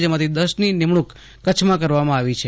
જેમાંથી દસની નિમણૂંક કરવામાં આવી છે